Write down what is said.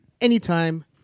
anytime